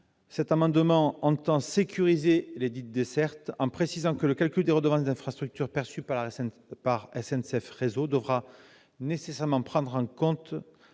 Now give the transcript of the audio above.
amendement entend sécuriser lesdites dessertes, en précisant que le calcul des redevances d'infrastructure perçues par SNCF Réseau devra prendre en compte